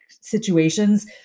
situations